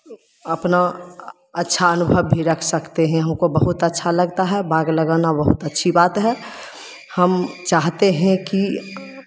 अपना अच्छा अनुभव भी रख सकते हैं हमको बहुत अच्छा लगता है बाग लगाना बहुत अच्छी बात है हम चाहते हैं कि